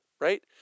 right